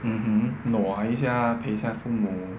mmhmm nua 一下陪一下父母